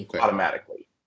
automatically